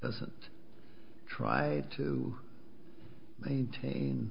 doesn't try to maintain